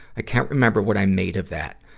i can't remember what i made of that.